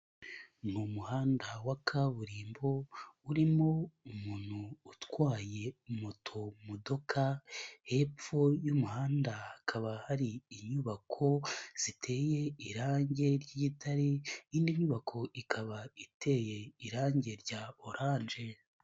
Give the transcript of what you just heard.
Ni umuhanda wa kaburimbo urimo umuntu utwaye moto modoka, hepfo y'umuhanda hakaba hari inyubako ziteye irange ry'igitare, indi nyubako ikaba iteye irange rya oranje.